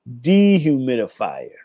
Dehumidifier